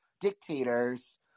dictators